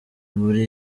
muri